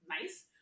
nice